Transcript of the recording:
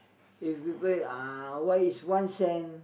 if people uh what is one cent